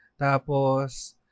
Tapos